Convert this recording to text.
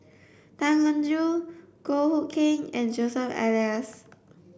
Tan Eng Joo Goh Hood Keng and Joseph Elias